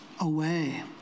away